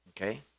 okay